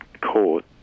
court